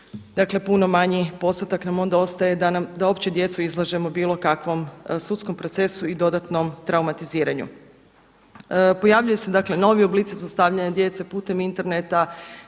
dakle puno manji postotak nam ostaje da uopće djecu izlažemo bilo kakvom sudskom procesu i dodatnom traumatiziranju. Pojavljuju se novi oblici zlostavljanja djece putem interneta,